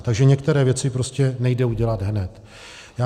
Takže některé věci prostě nejde udělat hned.